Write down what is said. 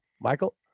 Michael